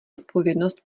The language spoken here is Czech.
odpovědnost